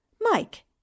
Mike